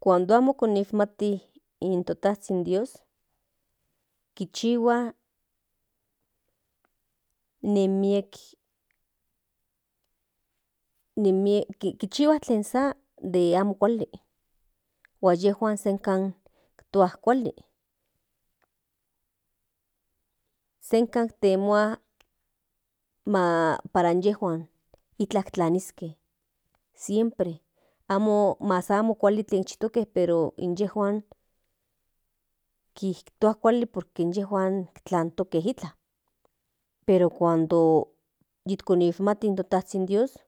Cuando kishmati in to tazhin dios kinchihua nen miek tlenchihua tlen sa de amo kuali huan yejuan senka tua kuali senka temua san para inyejuan iklan klaniske mas amo kuali tenchiktoke pero inyejuan kintua kuali por que inyejuan tlantoke itlan pero cuando techonmati in to tazhin dios